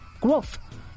growth